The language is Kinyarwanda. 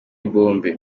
bombe